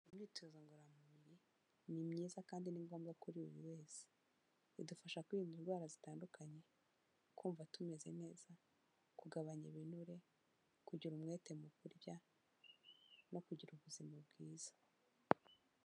Imyitozo ngororamubiri ni myiza kandi ni ngombwa kuri buri wese. Idufasha kwirinda indwara zitandukanye, kumva tumeze neza, kugabanya ibinure, kugira umwete mu kurya, no kugira ubuzima bwiza.